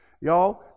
y'all